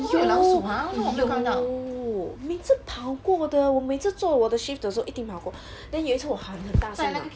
有有每次跑过的我每次做我的 shift 的时候一定跑过 then 有一次我喊很大声 hor